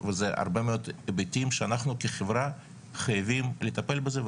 וזה הרבה מאוד היבטים שאנחנו כחברה חייבים לטפל בזה,